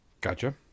Gotcha